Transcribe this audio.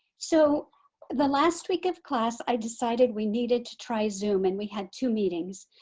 so the last week of class i decided we needed to try zoom and we had two meetings.